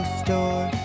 store